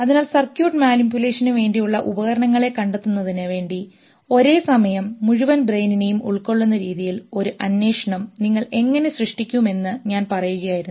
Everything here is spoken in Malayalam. അതിനാൽ സർക്യൂട്ട് മാനിപുലേഷനുവേണ്ടിയുള്ള ഉപകരണങ്ങളെ കണ്ടെത്തുന്നതിന് വേണ്ടി ഒരേ സമയം മുഴുവൻ ബ്രെയിനിനെയും ഉൾക്കൊള്ളുന്ന രീതിയിൽ ഒരു അന്വേഷണം നിങ്ങൾ എങ്ങനെ സൃഷ്ടിക്കുമെന്ന് ഞാൻ പറയുകയായിരുന്നു